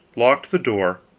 locked the door,